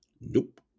nope